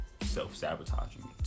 self-sabotaging